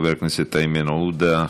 חבר הכנסת איימן עודה,